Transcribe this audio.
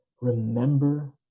remember